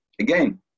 again